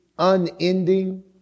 Unending